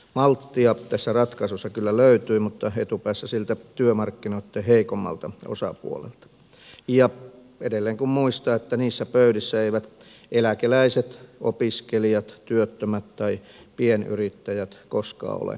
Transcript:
malttia tässä ratkaisussa kyllä löytyy mutta etupäässä siltä työmarkkinoitten heikommalta osapuolelta edelleen kun muistaa että niissä pöydissä eivät eläkeläiset opiskelijat työttömät tai pienyrittäjät koskaan ole edustettuina